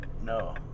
no